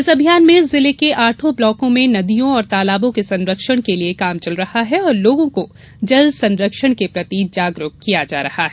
इस अभियान में जिले के आठों ब्लॉकों में नदियों और तालाबों के संरक्षण के लिए काम चल रहा है और लोगों को जल संरक्षण के प्रति जागरूक किया जा रहा है